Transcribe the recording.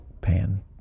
pan